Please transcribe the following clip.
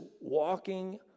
walking